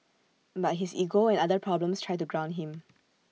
but his ego and other problems try to ground him